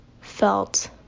felt